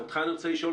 אותך אני רוצה לשאול,